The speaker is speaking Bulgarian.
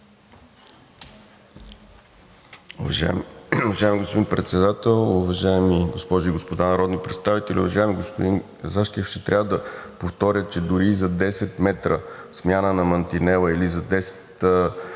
Уважаеми господин Председател, уважаеми госпожи и господа народни представители! Уважаеми господин Зашкев, ще трябва да повторя, че дори и за 10 метра смяна на мантинела или за 100 метра